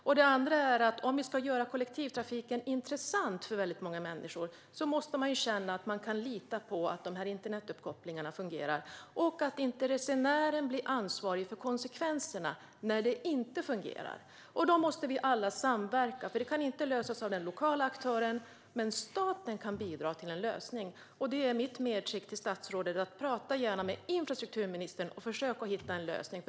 Om vi ska göra kollektivtrafiken intressant för väldigt många människor måste människor känna att de kan lita på att internetuppkopplingarna fungerar och att inte resenärerna får ta konsekvenserna när de inte fungerar. Då måste vi alla samverka. Detta kan inte lösas av den lokala aktören. Men staten kan bidra till en lösning. Mitt medskick till statsrådet är att han gärna kan tala med infrastrukturministern för att försöka hitta en lösning.